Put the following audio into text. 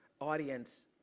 audience